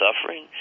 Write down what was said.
suffering